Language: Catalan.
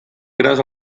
gras